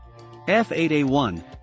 F8A1